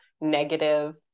negative